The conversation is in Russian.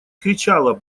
кричала